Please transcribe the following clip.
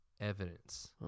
evidence